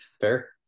Fair